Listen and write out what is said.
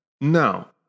now